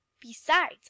Besides